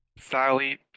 sally